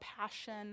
passion